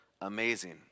amazing